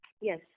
Yes